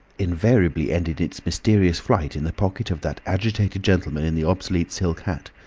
invariably ended its mysterious flight in the pocket of that agitated gentleman in the obsolete silk hat,